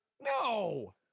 No